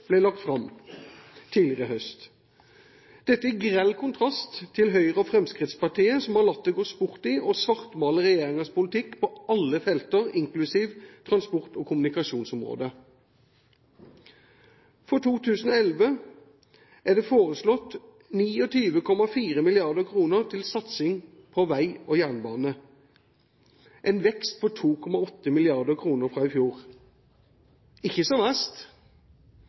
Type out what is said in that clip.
ble lagt fram tidligere i høst – dette i grell kontrast til Høyre og Fremskrittspartiet, som har latt det gå sport i å svartmale regjeringens politikk på alle felter, inklusiv transport- og kommunikasjonsområdet. For 2011 er det foreslått 29,4 mrd. kr til satsing på vei og jernbane – en vekst på 2,8 mrd. kr fra i fjor. Ikke så